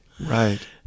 Right